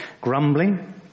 Grumbling